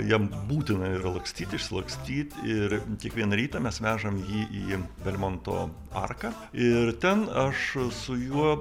jam būtina yra lakstyt išsilakstyt ir kiekvieną rytą mes vežam jį į belmonto arką ir ten aš su juo